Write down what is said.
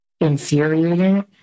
infuriating